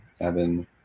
Evan